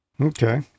Okay